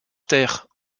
terre